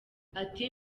ati